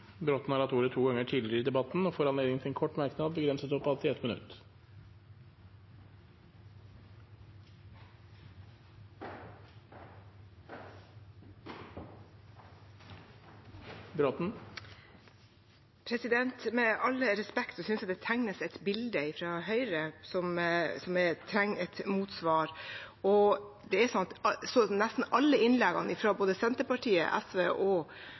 har hatt ordet to ganger tidligere og får ordet til en kort merknad, begrenset til 1 minutt. Med all respekt synes jeg det tegnes et bilde fra Høyre som trenger et motsvar. Nesten alle innleggene fra både Senterpartiet, SV og Arbeiderpartiet har omtalt krisen vi nå er i. Vi har sagt at